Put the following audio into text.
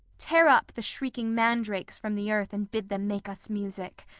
tear up the shrieking mandrakes from the earth and bid them make us music,